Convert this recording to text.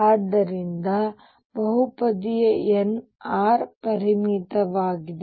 ಆದ್ದರಿಂದ ಬಹುಪದೀಯ n r ಪರಿಮಿತವಾಗಿದೆ